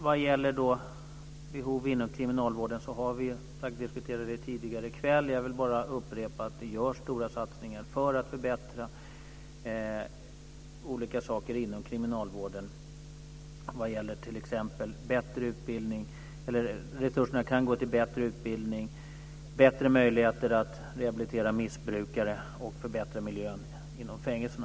Vad gäller behov inom kriminalvården har vi diskuterat det tidigare i kväll. Jag vill bara upprepa att det görs stora satsningar för att förbättra olika saker inom kriminalvården. Resurserna kan gå till bättre utbildning, till bättre möjligheter att rehabilitera missbrukare och till att förbättra miljön inom fängelserna.